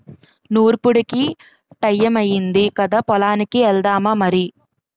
నూర్పుడికి టయమయ్యింది కదా పొలానికి ఎల్దామా మరి